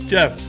Jeff